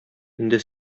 инде